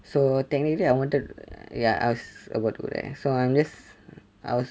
so technically I wanted ya ask I was about to go there so I just